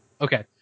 Okay